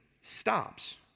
stops